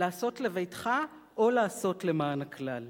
לעשות לביתך או לעשות למען הכלל.